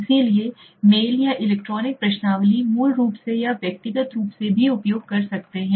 इसलिए मेल या इलेक्ट्रॉनिक प्रश्नावली मूल रूप से या व्यक्तिगत रूप से भी उपयोग कर सकते हैं